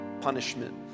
punishment